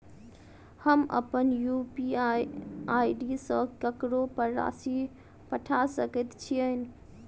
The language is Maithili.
हम अप्पन यु.पी.आई आई.डी सँ ककरो पर राशि पठा सकैत छीयैन?